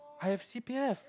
I have c_p_f